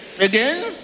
Again